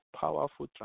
powerful